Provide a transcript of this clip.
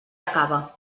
acaba